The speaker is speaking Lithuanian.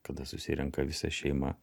kada susirenka visa šeima